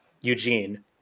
Eugene